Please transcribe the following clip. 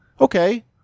Okay